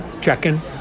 checking